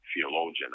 theologian